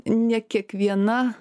ne kiekviena